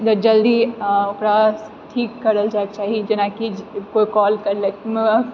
जल्दी ओकरा ठीक करल जाइके चाही जेनाकि कोइ कॉल केलक